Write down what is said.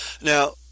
Now